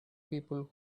people